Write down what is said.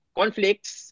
conflicts